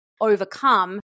overcome